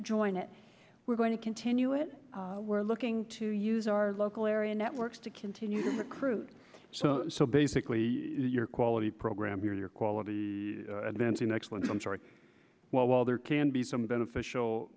join it we're going to continue it we're looking to use our local area networks to continue to recruit so so basically your quality program your quality advancing excellence i'm sorry well while there can be some beneficial